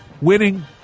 winning